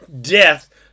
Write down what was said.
death